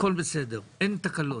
הכול בסדר ואין תקלות.